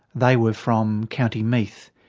they were from county meath.